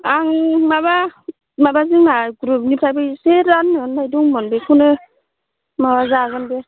आं माबा जोंनि ग्रुपनिफ्रायबो इसे रां मोननो दंमोन बेखौनो माबा जागोन बे